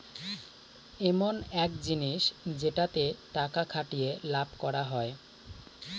ইমন এক জিনিস যেটাতে টাকা খাটিয়ে লাভ করা হয়